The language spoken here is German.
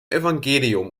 evangelium